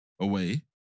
away